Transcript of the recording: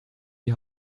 die